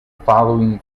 following